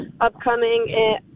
upcoming